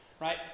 right